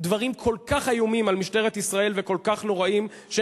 דברים כל כך איומים וכל כך נוראיים על משטרת ישראל,